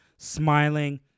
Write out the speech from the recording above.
smiling